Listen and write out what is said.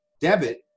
debit